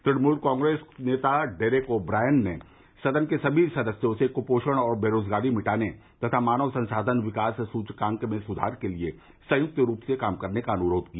तृणमूल कांग्रेस नेता Derek O'Brien ने सदन के सभी सदस्यों से कुपोषण और बेरोजगारी मिटाने तथा मानव संसाधन विकास सूचकांक में सुधार के लिए संयुक्त रूप से काम करने का अनुरोध किया